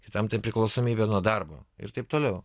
kitam tai priklausomybė nuo darbo ir taip toliau